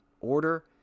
order